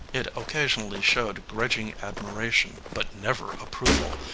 it occasionally showed grudging admiration, but never approval,